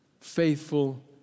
faithful